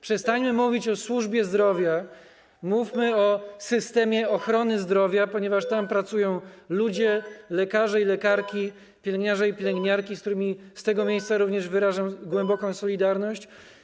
Przestańmy mówić o służbie zdrowia, mówmy o systemie ochrony zdrowia, ponieważ tam pracują ludzie, lekarze i lekarki, pielęgniarze i pielęgniarki, z którymi z tego miejsca również wyrażam głęboką solidarność.